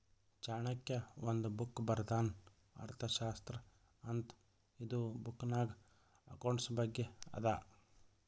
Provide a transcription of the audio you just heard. ಚಾಣಕ್ಯ ಒಂದ್ ಬುಕ್ ಬರ್ದಾನ್ ಅರ್ಥಶಾಸ್ತ್ರ ಅಂತ್ ಇದು ಬುಕ್ನಾಗ್ ಅಕೌಂಟ್ಸ್ ಬಗ್ಗೆ ಅದಾ